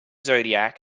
zodiac